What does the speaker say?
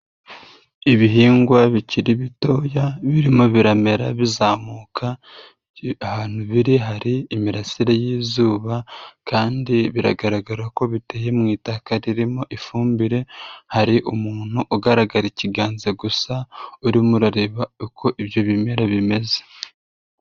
Ibihingwa bikiri bitoya birimo biramera bizamuka, ahantu biri hari imirasire y'izuba kandi biragaragara ko biteye mu itaka ririmo ifumbire, hari umuntu ugaragara ikiganza gusa urimo urareba uko ibyo bimera bimeze.